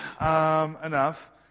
enough